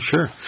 Sure